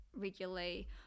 regularly